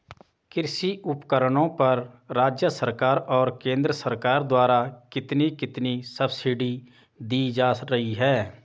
कृषि उपकरणों पर राज्य सरकार और केंद्र सरकार द्वारा कितनी कितनी सब्सिडी दी जा रही है?